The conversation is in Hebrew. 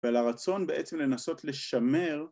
‫ולרצון בעצם לנסות לשמר.